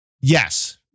yes